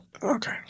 Okay